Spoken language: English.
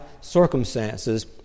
circumstances